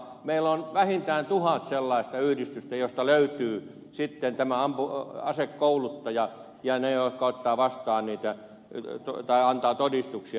meillä on vähintään tuhat sellaista yhdistystä josta löytyy sitten aikanaan tämä asekouluttaja ja ne ottaa vastaan mitä nyt joka antaa todistuksia